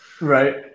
right